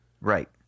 right